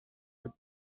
with